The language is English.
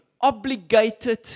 obligated